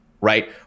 Right